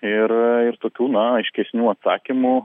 ir ir tokių na aiškesnių atsakymų